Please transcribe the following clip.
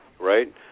Right